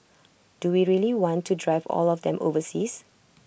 do we really want to drive all of them overseas